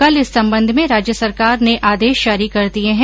कल इस संबंध में राज्य सरकार ने आदेश जारी कर दिये है